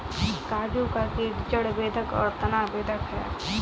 काजू का कीट जड़ बेधक और तना बेधक है